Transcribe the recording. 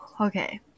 Okay